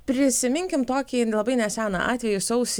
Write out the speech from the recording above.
prisiminkim tokį nelabai neseną atvejį sausį